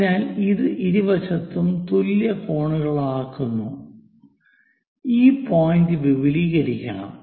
അതിനാൽ ഇത് ഇരുവശത്തും തുല്യ കോണുകളാക്കുന്നു ഈ പോയിന്റ് വിപുലീകരിക്കണം